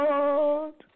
Lord